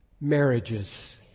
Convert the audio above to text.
marriages